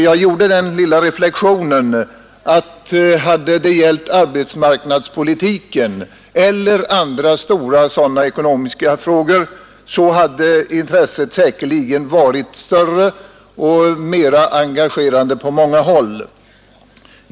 Jag gjorde den lilla reflexionen att hade det gällt arbetsmarknadspolitiken eller andra sådana stora ekonomiska frågor, hade intresset säkerligen varit större och mera engagerande på många håll.